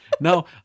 Now